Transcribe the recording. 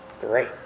great